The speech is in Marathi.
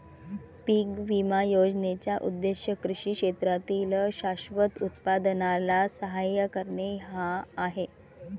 पीक विमा योजनेचा उद्देश कृषी क्षेत्रातील शाश्वत उत्पादनाला सहाय्य करणे हा आहे